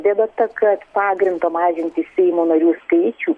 bėda ta kad pagrindo mažinti seimo narių skaičių